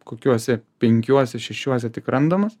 kokiuose penkiuose šešiuose tik randamas